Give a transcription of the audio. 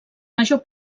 major